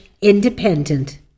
Independent